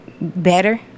Better